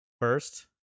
first